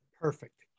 Perfect